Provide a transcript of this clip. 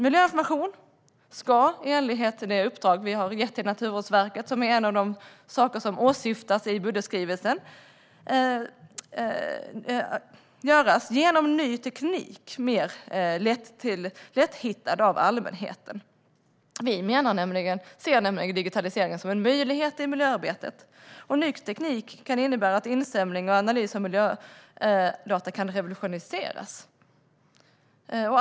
Miljöinformation ska i enlighet med det uppdrag vi har gett till Naturvårdsverket, som är en av de saker som åsyftas i budgetskrivelsen, genom ny teknik göras mer lätthittad för allmänheten. Vi ser nämligen digitaliseringen som en möjlighet i miljöarbetet. Ny teknik kan innebära att insamling och analys av miljödata kan revolutioneras.